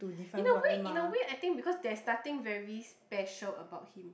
in a way in a way I think because there's nothing very special about him